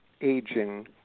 aging